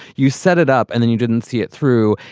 you set it up and then you didn't see it through.